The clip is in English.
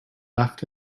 left